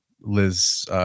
Liz